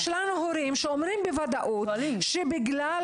יש לנו הורים שאומרים בוודאות שבגלל